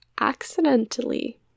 accidentally